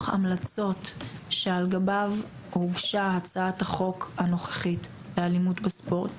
המלצות שעל גביו הוגשה הצעת החוק הנוכחית לאלימות בספורט.